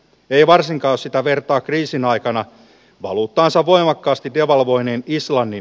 ei varsinkaan sitä vertaa kriisin aikana valuuttansa voimakkaasti devalvoinnin islannin